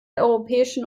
europäischen